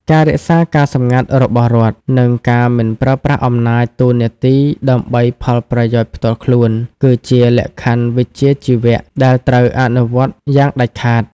ការរក្សាការសម្ងាត់របស់រដ្ឋ និងការមិនប្រើប្រាស់អំណាចតួនាទីដើម្បីផលប្រយោជន៍ផ្ទាល់ខ្លួន គឺជាលក្ខខណ្ឌវិជ្ជាជីវៈដែលត្រូវអនុវត្តយ៉ាងដាច់ខាត។